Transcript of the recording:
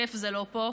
כיף זה לא פה,